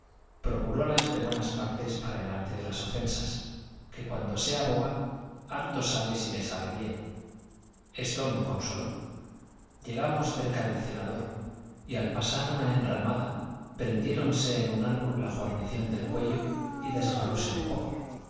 libro procúrolas de buenas partes para el arte de las ofensas que cuando sea boba harto sabe si me sabe bien esto me consoló llegamos cerca del cenador y al pasar una enramada prendióseme en un árbol la guarnición del cuello y desgarróse un poco